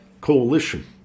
coalition